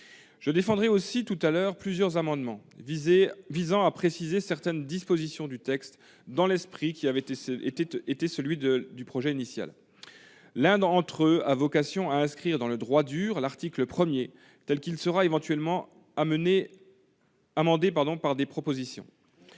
Je défendrai tout à l'heure plusieurs amendements visant à préciser certaines dispositions du texte dans l'esprit qui avait été celui de mon projet initial. L'un d'entre eux a pour objet d'inscrire de manière pérenne dans le droit l'article 1 tel qu'il sera éventuellement amendé par mes propositions.